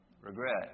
Regret